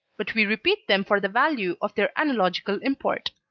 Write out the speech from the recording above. but we repeat them for the value of their analogical import.